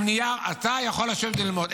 עם נייר: אתה יכול לשבת ללמוד.